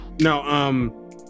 no